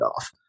off